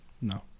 No